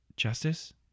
justice